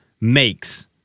makes